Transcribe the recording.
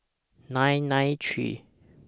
nine nine three